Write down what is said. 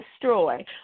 destroy